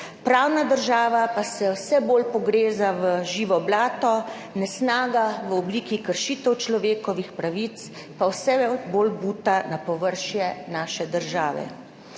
pravna država pa se vse bolj pogreza v živo blato, nesnaga v obliki kršitev človekovih pravic pa vse bolj buta na površje naše države.